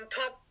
top